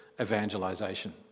evangelization